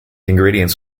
ingredients